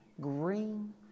green